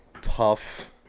tough